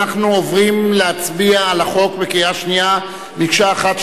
אנחנו עוברים להצביע על החוק בקריאה השנייה מקשה אחת,